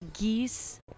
Geese